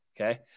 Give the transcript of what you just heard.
okay